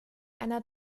einer